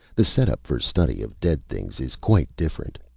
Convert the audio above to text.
the setup for study of dead things is quite different.